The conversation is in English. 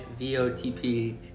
VOTP